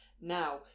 Now